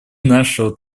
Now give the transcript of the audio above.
нашего